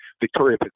victoria